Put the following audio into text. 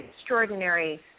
extraordinary